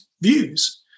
views